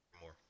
more